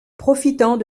profitant